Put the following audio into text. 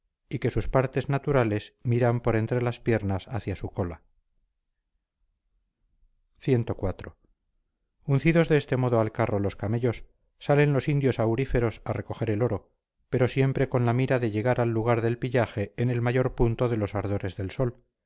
y que sus partes naturales miran por entre las piernas hacia su cola civ uncidos de este modo al carro los camellos salen los indios auríferos a recoger el oro pero siempre con la mira de llegar al lugar del pillaje en el mayor punto de los ardores del sol